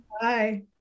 bye